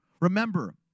Remember